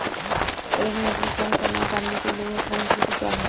एक metric ton चना उतारने के लिए श्रम शुल्क क्या है?